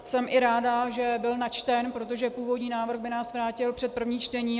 Jsem i ráda, že byl načten, protože původní návrh by nás vrátil před první čtení.